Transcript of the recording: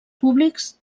públics